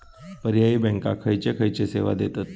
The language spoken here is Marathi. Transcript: पर्यायी बँका खयचे खयचे सेवा देतत?